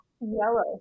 Yellow